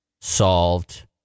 solved